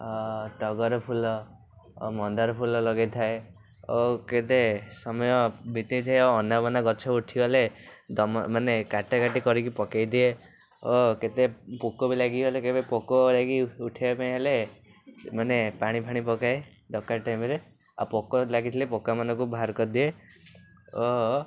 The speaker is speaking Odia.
ଟଗର ଫୁଲ ମନ୍ଦାର ଫୁଲ ଲଗେଇଥାଏ ଆଉ କେତେ ସମୟ ବିତେଇଥାଏ ଅନାବନା ଗଛ ଉଠିଗଲେ ମାନେ କାଟାକଟି କରିକି ପକାଇଦିଏ ଓ କେତେ ପୋକ ବି ଲାଗିଗଲେ କେବେ ପୋକ ଯାଇକି ଉଠେଇବାପାଇଁ ହେଲେ ମାନେ ପାଣିଫାଣି ପକାଏ ଦରକାର ଟାଇମ୍ରେ ଆଉ ପୋକ ଲାଗିଥିଲେ ପୋକାମାନଙ୍କୁ ବାହାର କରିଦିଏ ଓ